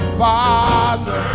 father